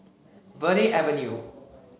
Verde Avenue